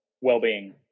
well-being